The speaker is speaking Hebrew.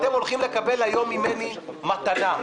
אתם הולכים לקבל היום ממני מתנה.